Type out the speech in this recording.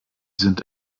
sind